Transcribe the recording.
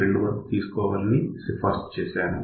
2 వరకు తీసుకోవాలని సిఫార్సు చేశాను